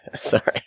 sorry